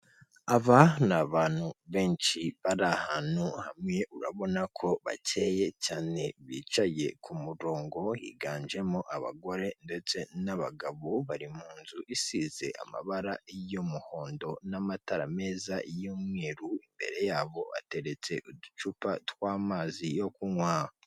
Aba ni abantu benshi bari ahantu hamwe, urabona ko bakeye cyane bicaye ku murongo higanjemo abagore ndetse n'abagabo bari mu nzu isize amabara y'umuhondo n'amatara meza y'umweru, imbere yabo ateretse uducupa tw'amazi yo kunywa.